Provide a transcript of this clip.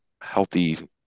healthy